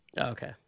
okay